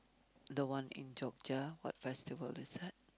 the one in Yogya what festival is that